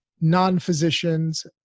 non-physicians